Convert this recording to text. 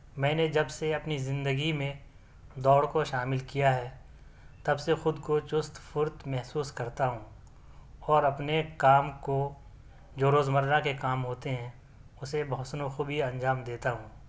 میں نے جب سے اپنی زندگی میں دوڑ کو شامل کیا ہے تب سے خود کو چست فرت محسوس کرتا ہوں اور اپنے کام کو جو روز مرہ کے کام ہوتے ہیں اسے بہ حُسن و خوبی انجام دیتا ہوں